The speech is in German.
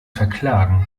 verklagen